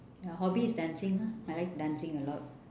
my hobby is dancing lah I like dancing a lot